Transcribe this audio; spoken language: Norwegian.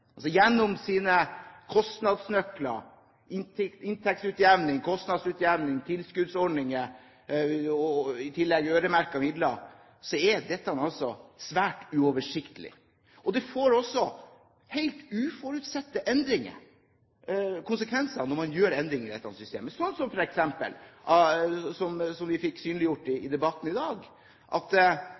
Gjennom sine kostnadsnøkler, inntektsutjevning, kostnadsutjevning, tilskuddsordninger og i tillegg øremerkede midler er dette svært uoversiktlig. Det får også helt uforutsette konsekvenser når man gjør endringer i dette systemet, slik som vi f.eks. fikk synliggjort i debatten i dag, at